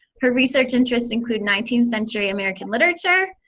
her research interests include nineteenth century american literature,